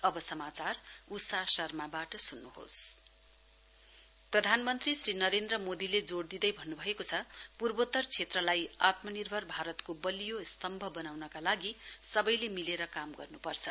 PM एनई प्रधानमन्त्री श्री नरेन्द्र मोदीले जोड़ दिँदै भन्नुभएको च पूर्वोतर क्षेत्रलाई आत्मानिर्भर भारतको बलियो स्तम्भ बनाउनका लागि सबै मिलेर काम गर्नुपर्छ